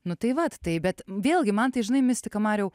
nu tai vat tai bet vėlgi man tai žinai mistika mariau